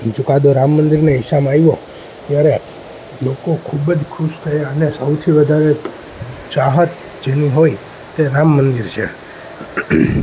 ચુકાદો રામ મંદિરની હિસામાં આવ્યો ત્યારે લોકો ખૂબ જ ખુશ થયાં અને સૌથી વધારે ચાહત જે અનુભવી એ રામ મંદિર છે